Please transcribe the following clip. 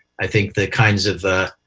i think the kinds of